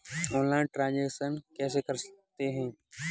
Online transaction कैसे करते हैं?